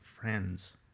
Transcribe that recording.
friends